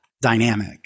dynamic